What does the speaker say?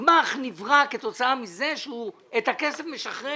גמ"ח נברא כתוצאה מזה שהוא את הכסף משחרר.